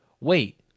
wait